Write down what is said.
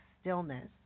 stillness